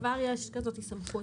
כבר יש סמכות כזאת.